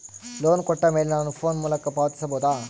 Loan ಕೊಟ್ಟ ಮೇಲೆ ನಾನು ಫೋನ್ ಮೂಲಕ ಪಾವತಿಸಬಹುದಾ?